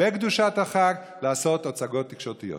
בקדושת החג, לעשות הצגות תקשורתיות.